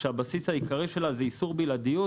שהבסיס העיקרי שלה הוא איסור בלעדיות,